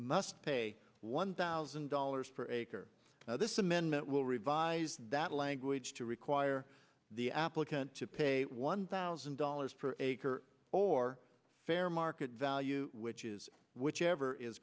must pay one thousand dollars per acre this amendment will revise that language to require the applicant to pay one thousand dollars per acre or fair market value which is whichever is